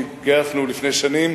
כשהתגייסנו לפני שנים